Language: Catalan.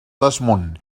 desmunt